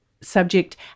subject